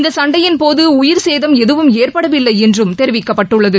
இந்த சண்டையின் போது உயிர்ச்சேதம் எதுவும் ஏற்படவில்லை என்றும் தெரிவிக்கப்பட்டுள்ளது